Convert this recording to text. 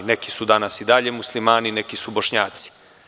Neki su danas i dalje muslimani, neki su Bošnjaci.